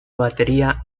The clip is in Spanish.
batería